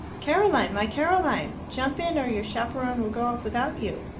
caroline, my caroline! jump in, or your chaperon will go off without you.